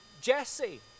Jesse